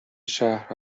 شهر